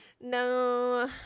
No